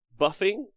buffing